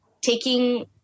taking